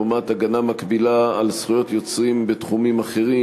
לעומת הגנה מקבילה על זכויות יוצרים בתחומים אחרים,